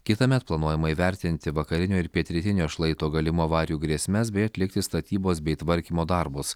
kitąmet planuojama įvertinti vakarinio ir pietrytinio šlaito galimų avarijų grėsmes bei atlikti statybos bei tvarkymo darbus